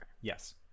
yes